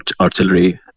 artillery